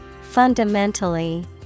Fundamentally